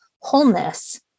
wholeness